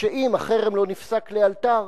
שאם החרם לא יופסק לאלתר,